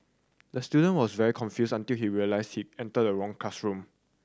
the student was very confused until he realised he entered the wrong classroom